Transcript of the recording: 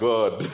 God